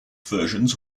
versions